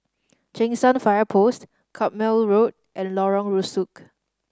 Cheng San Fire Post Carpmael Road and Lorong Rusuk